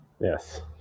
Yes